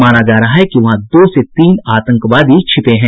माना जा रहा है कि वहां दो से तीन आतंकवादी छिपे हैं